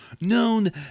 known